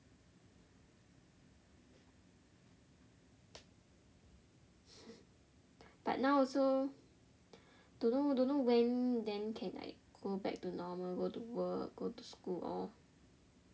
but now also don't know don't know when then can like go back to normal go to work go to school all